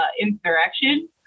insurrection